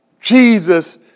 Jesus